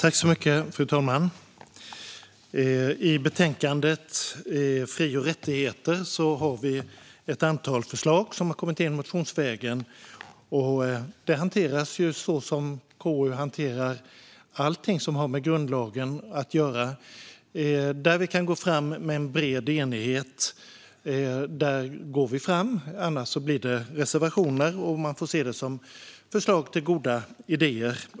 Fru talman! I betänkandet 2018/19:KU27 Fri och rättigheter, m.m. finns ett antal förslag som har kommit in motionsvägen. Det hanteras så som KU hanterar allting som har med grundlagen att göra: Där vi kan gå fram i bred enighet, där går vi fram i bred enighet. Annars blir det reservationer, och det får man se som goda idéer till förslag.